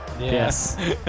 Yes